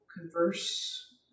converse